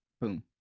Boom